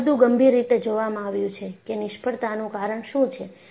આ બધું ગંભીર રીતે જોવામાં આવ્યું છે કે નિષ્ફળતાનું કારણ શું છે